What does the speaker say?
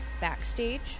Backstage